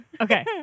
Okay